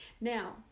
Now